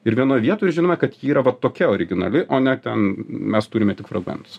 ir vienoj vietoj žinome kad ji yra va tokia originali o ne ten mes turime tik fragmentus